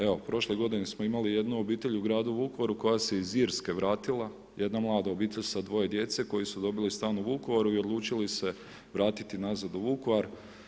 Evo, prošle g. smo imali jednu obitelj u gradu Vukovaru, koja se iz Irske vratila, jedna mlada obitelj sa 2 djece koji su dobili stan u Vukovaru i odlučili se vratiti nazad u Vukovar.